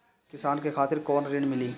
किसान के खातिर कौन ऋण मिली?